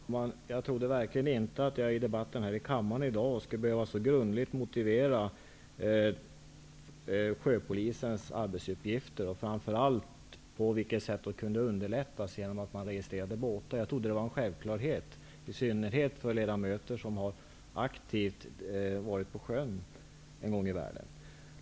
Herr talman! Jag trodde verkligen inte att jag i debatten i kammaren i dag skulle behöva motivera sjöpolisens arbetsuppgifter så grundligt, framför allt inte på vilket sätt de kunde underlättas genom att man registrerade båtar. Jag trodde att det var en självklarhet, i synnerhet för ledamöter som aktivt har varit på sjön en gång i tiden.